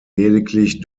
lediglich